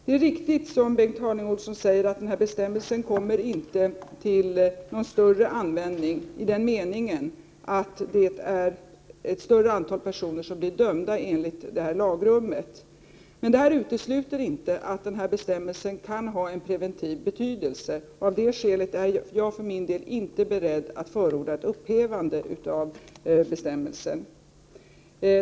Det är riktigt, som Bengt Harding Olson säger, att den här bestämmelsen inte kommer till någon större användning, i den meningen att det är något större antal personer som blir dömda enligt det lagrummet. Men det utesluter inte att bestämmelsen kan ha en preventiv betydelse. Av det skälet är jag för min del inte beredd att förorda ett upphävande av bestämmelsen.